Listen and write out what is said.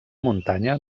muntanya